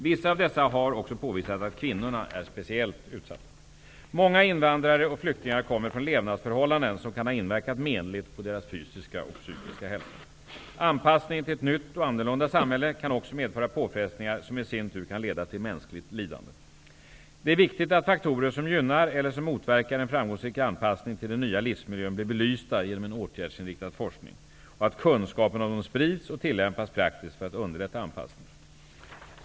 Vissa av dessa har också påvisat att kvinnorna är speciellt utsatta. Många invandrare och flyktingar kommer från levnadsförhållanden som kan ha inverkat menligt på deras fysiska och psykiska hälsa. Anpassningen till ett nytt och annorlunda samhälle kan också medföra påfrestningar, som i sin tur kan leda till mänskligt lidande. Det är viktigt att faktorer som gynnar eller som motverkar en framgångsrik anpassning till den nya livsmiljön blir belysta genom en åtgärdsinriktad forskning och att kunskapen om dem sprids och tillämpas praktiskt för att underlätta anpassningen.